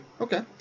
Okay